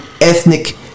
ethnic